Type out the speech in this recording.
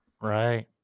Right